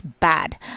bad